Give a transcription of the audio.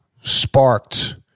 sparked